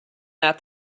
that